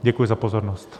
Děkuji za pozornost.